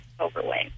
overweight